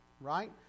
right